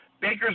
Baker's